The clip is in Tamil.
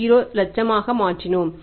30 லட்சமாக மாற்றினோம்